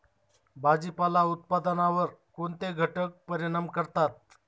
भाजीपाला उत्पादनावर कोणते घटक परिणाम करतात?